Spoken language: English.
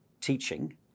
teaching